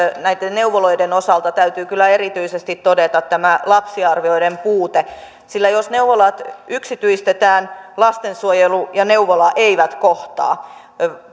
neuvoloiden osalta täytyy kyllä erityisesti todeta tämä lapsiarvioiden puute sillä jos neuvolat yksityistetään lastensuojelu ja neuvola eivät kohtaa